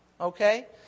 okay